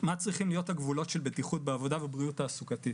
מה צריכים להיות הגבולות של בטיחות בעבודה ובריאות תעסוקתית?